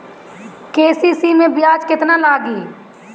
KCC मै ब्याज केतनि लागेला?